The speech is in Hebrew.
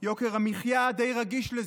יוקר המחיה, די רגיש לזה.